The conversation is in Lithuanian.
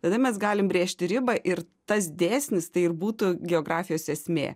tada mes galim brėžti ribą ir tas dėsnis tai ir būtų geografijos esmė